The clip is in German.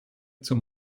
zum